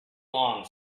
long